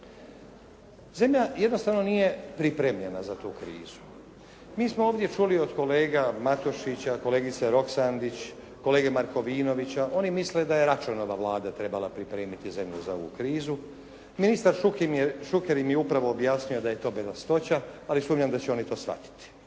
Zemlja jednostavno nije pripremljena za tu krizu. Mi smo ovdje čuli od kolega Matušića, kolegice Roksandić, kolege Markovinovića, oni misle da je Račanova vlada trebala pripremiti zemlju za ovu krizu. Ministar Šuker im je upravo objasnio da je to bedastoća, ali sumnjam da će oni to shvatiti.